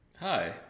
Hi